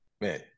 man